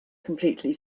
completely